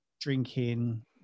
drinking